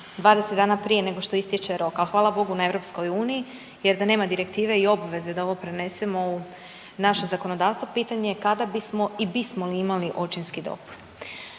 20 dana prije nego što ističe rok, ali hvala Bogu na EU jer da nema direktive i obveze da ovo prenesemo u naše zakonodavstvo pitanje je kada bismo i bismo li imali očinski dopust.